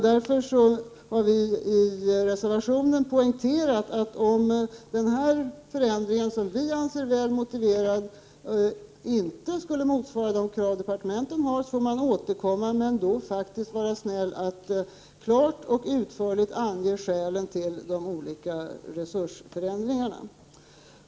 Därför har vi i reservationen poängterat att om den förändring som vi anser väl motiverad inte skulle motsvara de krav som departementet har, så får man återkomma men då faktiskt vara snäll att klart och utförligt ange — Prot. 1988/89:91 skälen till de olika resursförändringarna.